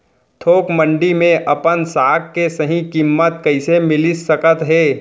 थोक मंडी में अपन साग के सही किम्मत कइसे मिलिस सकत हे?